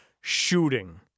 shooting